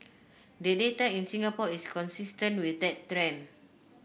the data in Singapore is consistent with that trend